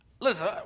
listen